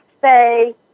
say